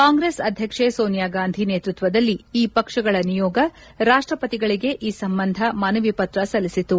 ಕಾಂಗ್ರೆಸ್ ಅಧ್ಯಕ್ಷೆ ಸೋನಿಯಾ ಗಾಂಧಿ ನೇತೃತ್ವದಲ್ಲಿ ಈ ಪಕ್ಷಗಳ ನಿಯೋಗ ರಾಷ್ಟಪತಿಗಳಿಗೆ ಈ ಸಂಬಂಧ ಮನವಿ ಪಕ್ರ ಸಲ್ಲಿಸಿತು